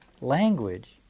language